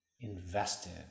invested